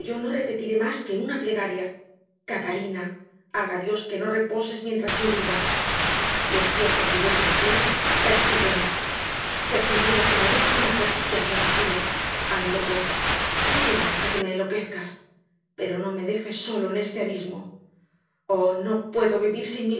no repetiré más que una plegaria catalina haga dios que no reposes mientras yo viva si es cierto que yo te maté persígueme se asegura que la víctima persigue a su asesino hazlo pues sígueme hasta que me enloquezcas pero no me dejes solo en este abismo oh no puedo vivir sin mi